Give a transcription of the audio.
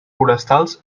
forestals